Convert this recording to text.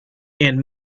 and